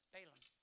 Balaam